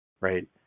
right